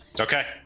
Okay